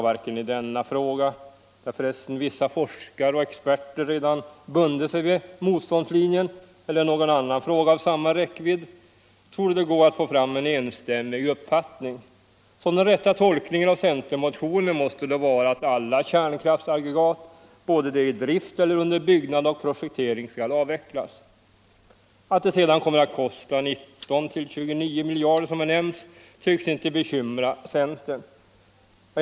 Varken i denna fråga — där förresten vissa forskare och experter redan bundit sig vid motståndslinjen —- eller i någon annan fråga av samma räckvidd torde det gå att få fram en enstämmig uppfattning. Så den rätta tolkningen av centermotionen måste då vara att alla kärnkraftsaggregat, även de i drift eller under byggnad och projektering, skall avvecklas. Att det sedan kommer att kosta 19-29 miljarder tycks inte bekymra centern.